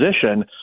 position